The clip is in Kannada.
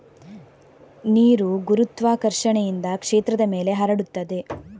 ನೀರು ಗುರುತ್ವಾಕರ್ಷಣೆಯಿಂದ ಕ್ಷೇತ್ರದ ಮೇಲೆ ಹರಡುತ್ತದೆ